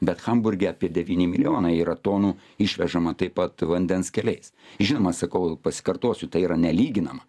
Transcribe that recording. bet hamburge apie devyni milijonai yra tonų išvežama taip pat vandens keliais žinoma sakau pasikartosiu tai yra nelyginama